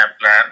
plan